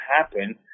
happen